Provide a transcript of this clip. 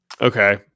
Okay